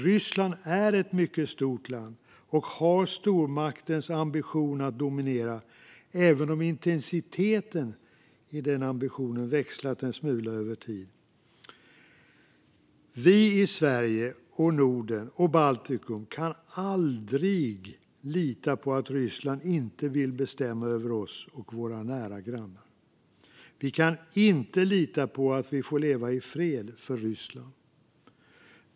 Ryssland är ett mycket stort land och har stormaktens ambition att dominera, även om intensiteten i den ambitionen har växlat en smula över tid. Vi i Sverige, Norden och Baltikum kan aldrig lita på att Ryssland inte vill bestämma över oss och våra nära grannar. Vi kan inte lita på att vi får leva i fred för Ryssland.